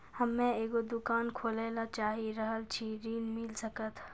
हम्मे एगो दुकान खोले ला चाही रहल छी ऋण मिल सकत?